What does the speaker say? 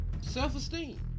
Self-esteem